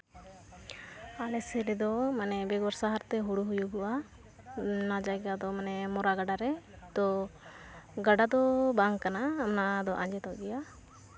ᱟᱞᱮ ᱥᱮᱡ ᱨᱮᱫᱚ ᱢᱟᱱᱮ ᱵᱮᱜᱚᱨ ᱥᱟᱦᱟᱨ ᱛᱮ ᱦᱩᱲᱩ ᱦᱩᱭᱩᱜᱚᱜᱼᱟ ᱚᱱᱟ ᱡᱟᱭᱜᱟ ᱫᱚ ᱢᱟᱱᱮ ᱢᱚᱨᱟ ᱜᱟᱰᱟ ᱨᱮ ᱛᱚ ᱜᱟᱰᱟ ᱫᱚ ᱵᱟᱝ ᱠᱟᱱᱟ ᱚᱱᱟᱫᱚ ᱟᱸᱡᱮᱫᱚᱜ ᱜᱮᱭᱟ